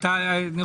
חבר